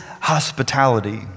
hospitality